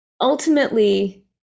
ultimately